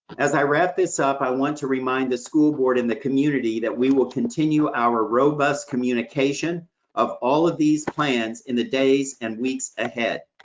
as i wrap this up, i want to remind the school board and the community that we will continue our robust communication of all of these plans, in the days and weeks ahead.